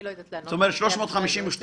אני לא יודעת -- 352 מיליון,